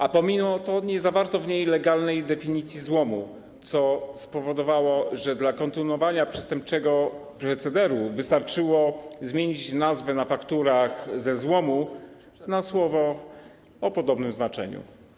A pomimo to nie zawarto w niej legalnej definicji złomu, co spowodowało, że dla kontynuowania przestępczego procederu wystarczyło zmienić nazwę na fakturach ze słowa „złom” na słowo o podobnym znaczeniu.